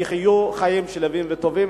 יחיו חיים שלווים וטובים.